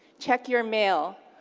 check your mail.